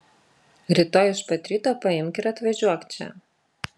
rytoj iš pat ryto paimk ir atvažiuok čia